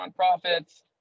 nonprofits